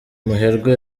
muherwe